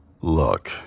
Look